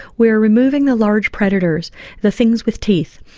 we are removing the large predators the things with teeth.